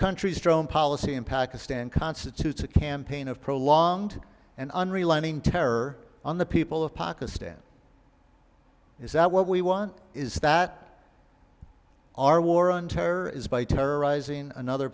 country's strong policy in pakistan constitutes a campaign of prolonged and unrelenting terror on the people of pakistan is that what we want is that our war on terror is by terrorizing another